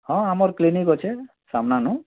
ହଁ ଆମର କ୍ଲିନିକ୍ ଅଛି ସାମ୍ନାନୁ